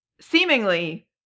seemingly